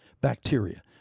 bacteria